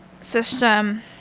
system